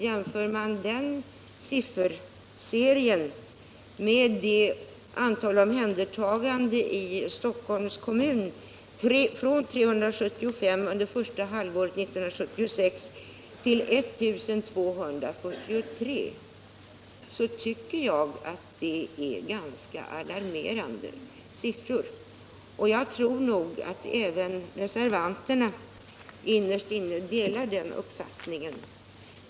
Jämför man den sifferserien med antalet omhändertaganden i Stockholms kommun —- från 375 under första halvåret 1976 till 1 243, så tycker jag att det är ganska alarmerande siffror. Jag tror nog att även reservanterna innerst inne delar den uppfattningen.